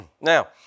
Now